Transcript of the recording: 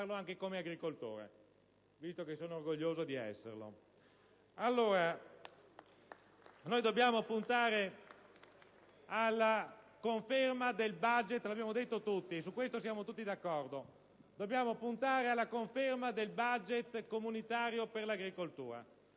anche come agricoltore, visto che sono orgoglioso di esserlo. *(Applausi dal Gruppo PdL).* Dobbiamo puntare alla conferma del *budget* comunitario per l'agricoltura: